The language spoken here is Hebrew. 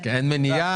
שנה-שנתיים.